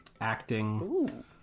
acting